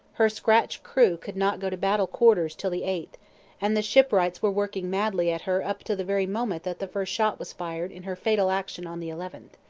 her scratch crew could not go to battle quarters till the eighth and the shipwrights were working madly at her up to the very moment that the first shot was fired in her fatal action on the eleventh.